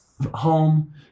home